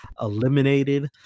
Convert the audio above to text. eliminated